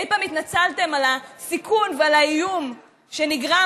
אי פעם התנצלתם על הסיכון ועל האיום שנגרם